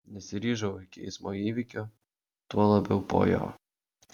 nesiryžau iki eismo įvykio tuo labiau po jo